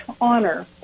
honor